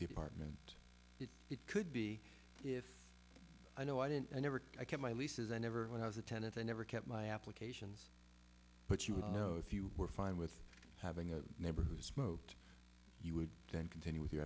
the apartment if it could be if i know i didn't i never kept my leases i never when i was a tenant i never kept my applications but you know if you were fine with having a neighbor who smoked you would then continue with your